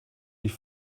die